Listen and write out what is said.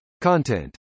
Content